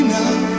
now